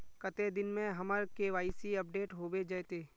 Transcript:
कते दिन में हमर के.वाई.सी अपडेट होबे जयते?